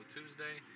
Tuesday